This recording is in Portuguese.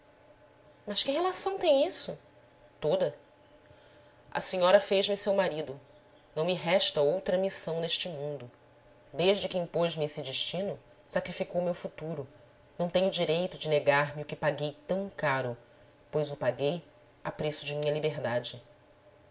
mas que relação tem isso toda a senhora fez-me seu marido não me resta outra missão neste mundo desde que impôs me esse destino sacrificou meu futuro não tem o direito de negar me o que paguei tão caro pois o paguei a preço de minha liberdade